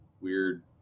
weird